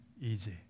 easy